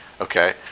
Okay